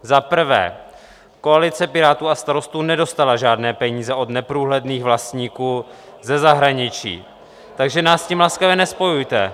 Za prvé, koalice Pirátů a Starostů nedostala žádné peníze od neprůhledných vlastníků ze zahraničí, takže nás s tím laskavě nespojujte.